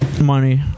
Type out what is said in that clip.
Money